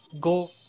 go